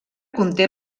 conté